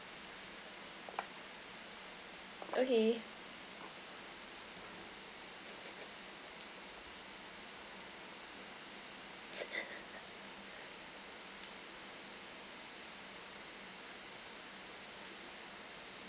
okay